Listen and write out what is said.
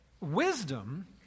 wisdom